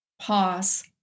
pause